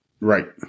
right